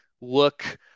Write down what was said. look